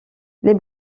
les